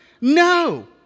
no